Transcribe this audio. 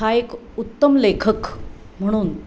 हा एक उत्तम लेखक म्हणून